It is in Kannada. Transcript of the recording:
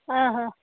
ಆಂ ಹಾಂ